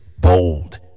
bold